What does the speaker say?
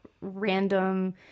random